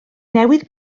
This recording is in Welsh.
newydd